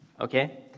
Okay